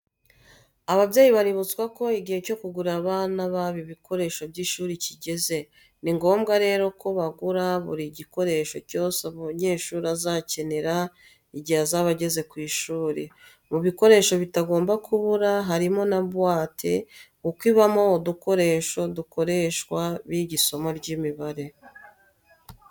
Ababyeyi baributswa ko igihe cyo kugurira abana babo ibikoresho by'ishuri kigeze. Ni ngombwa rero ko bagura buri gikoresho cyose umunyeshuri azakenera igihe azaba ageze ku ishuri. Mu bikoresho bitagomba kubura harimo na buwate kuko ibamo udukoresho dukoreshwa biga isomo ry'imibare.